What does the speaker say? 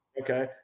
Okay